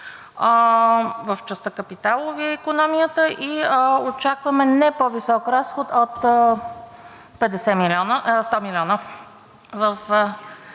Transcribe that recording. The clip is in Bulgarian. в частта „капиталови“ е икономията, и очакваме не по-висок разход от 100 милиона.